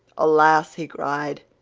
alas, he cried,